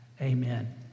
Amen